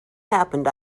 happened